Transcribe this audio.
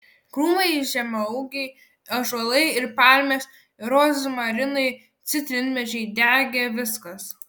krūmai žemaūgiai ąžuolai ir palmės rozmarinai citrinmedžiai degė viskas